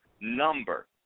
number